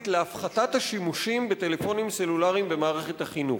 להפחתת השימוש בטלפונים סלולריים במערכת החינוך,